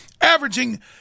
averaging